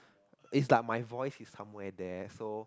is like my voice is somewhere there so